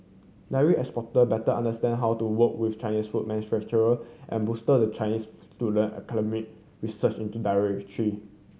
dairy exporter better understand how to work with Chinese food manufacturer and bolster the Chinese student academic research into dairy tree